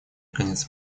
конец